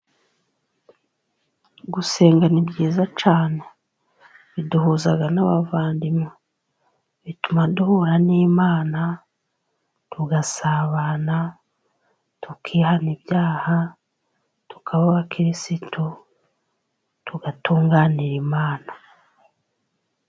Gusenga ni byiza cyane, biduhuza n'abavandimwe, bituma duhura n'Imana, tugasabana, tukihana ibyaha, tukaba abakirisitu, tugatunganira Imana.